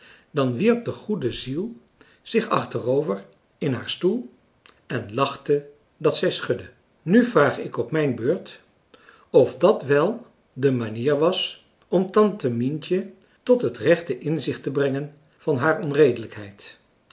dan wierp de goede ziel zich achterover in haar stoel en lachte dat zij schudde nu vraag ik op mijn beurt of dat wel de manier was om tante mientje tot het rechte inzicht te brengen van haar onredelijkheid